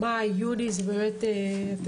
החודשים מאי-יוני הם